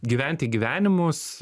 gyventi gyvenimus